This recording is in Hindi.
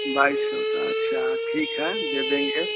बाईस सौ का अच्छा ठीक है दे देंगे